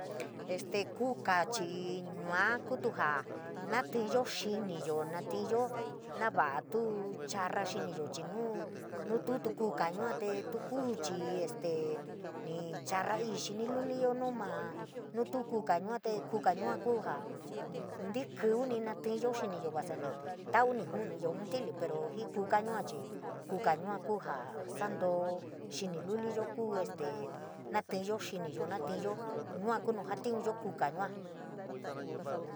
Este kuka chii yua kutu jaa natiiyo xiniyo natiyo nava´a tuu kuu charra xiniyo natiyo navaá tuu kuu charra xiniyo chii nuu tuu kuka yuatu kuu chii este ni charraii xini luliyo nuu ma nu tuu kuka yua te kuka yua kuu jaa ntíkíuni natíyo xiniyo vasa ni tau nii ju´uniyo ntí´li pero jii kuka yua chii koka yua kuujaa santoo xiniluliyo kuu este natííyo xiniyo natííyo yua kuu nuu jatiunyo kuka yua.